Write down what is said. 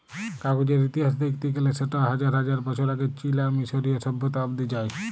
কাগজের ইতিহাস দ্যাখতে গ্যালে সেট হাজার হাজার বছর আগে চীল আর মিশরীয় সভ্যতা অব্দি যায়